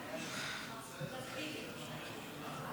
מסוים שנוגע לעבודת הכנסת.